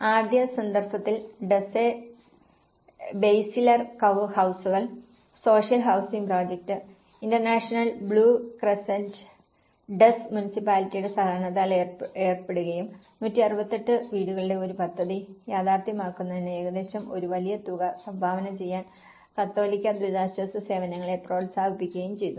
ആദ്യ സന്ദർഭത്തിൽ Duzce Beyciler ഹൌസുകൾ social housing project International Blue Crescent Duzce മുനിസിപ്പാലിറ്റിയുടെ സഹകരണത്തിൽ ഏർപ്പെടുകയും 168 വീടുകളുടെ ഒരു പദ്ധതി യാഥാർത്ഥ്യമാക്കുന്നതിന് ഏകദേശം ഒരു വലിയ തുക സംഭാവന ചെയ്യാൻ കത്തോലിക്കാ ദുരിതാശ്വാസ സേവനങ്ങളെ പ്രോത്സാഹിപ്പിക്കുകയും ചെയ്തു